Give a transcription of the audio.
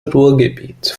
ruhrgebiet